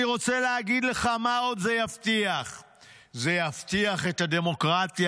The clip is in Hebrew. אני רוצה להגיד לך מה עוד זה יבטיח --- זה יבטיח את הדמוקרטיה",